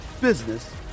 business